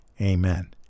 Amen